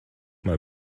mal